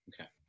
Okay